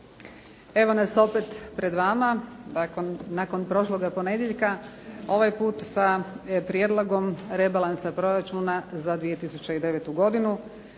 Evo nas opet pred vama nakon prošloga ponedjeljka, ovaj put sa Prijedlogom rebalansa proračuna za 2009. godinu.